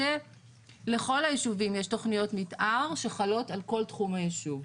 לכל היישובים יש תוכניות מתאר שחלות על כל תחום היישוב.